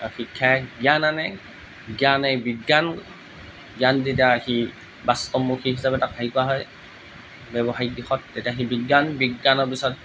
আৰু শিক্ষাই জ্ঞান আনে জ্ঞানে বিজ্ঞান জ্ঞান যেতিয়া সি বাস্তৱমুখি হিচাপে তাক হেৰি কৰা হয় ব্যৱহাৰিক দিশত তেতিয়া সি বিজ্ঞান বিজ্ঞানৰ পিছত